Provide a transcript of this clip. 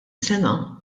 sena